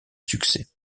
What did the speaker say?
succès